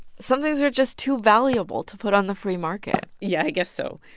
some things are just too valuable to put on the free market yeah, i guess so.